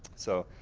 so,